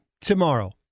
tomorrow